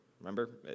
Remember